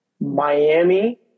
Miami